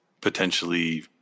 potentially